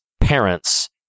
parents